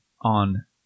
on